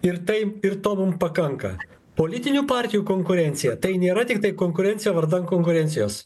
ir taip ir to mum pakanka politinių partijų konkurencija tai nėra tiktai konkurencija vardan konkurencijos